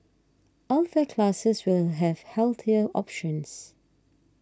all fare classes will have healthier options